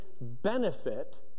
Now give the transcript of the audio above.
benefit